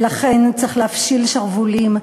"ולכן צריך להפשיל שרוולים,